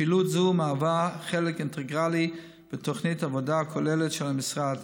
פעילות זו מהווה חלק אינטגרלי של תוכנית עבודה כוללת של המשרד,